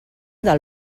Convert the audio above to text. del